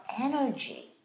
energy